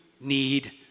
need